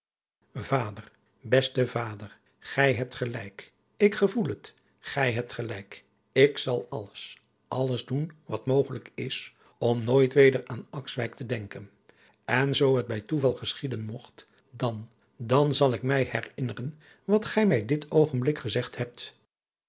vader beste vader gij hebt gelijk ik gevoel het gij hebt gelijk ik zal alles alles doen wat mogelijk is om nooit weder aan akswijk te denken en zoo het bij toeval geschieden mogt dan dan zal ik mij herinneren wat gij mij dit oogenblik gezegd hebt